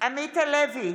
עמית הלוי,